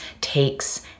takes